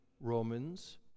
romans